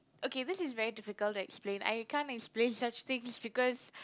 okay this is very difficult to explain I can't explain such things because